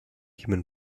human